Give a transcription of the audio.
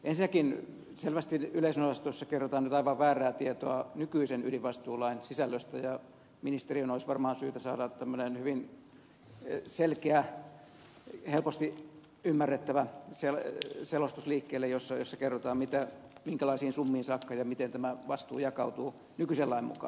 ensinnäkin selvästi yleisönosastoissa kerrotaan nyt aivan väärää tietoa nykyisen ydinvastuulain sisällöstä ja ministerin olisi varmaan syytä saada liikkeelle tämmöinen hyvin selkeä helposti ymmärrettävä selostus jossa kerrotaan minkälaisiin summiin saakka ja miten tämä vastuu jakautuu nykyisen lain mukaan